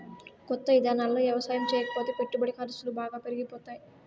కొత్త ఇదానాల్లో యవసాయం చేయకపోతే పెట్టుబడి ఖర్సులు బాగా పెరిగిపోతాయ్